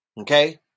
okay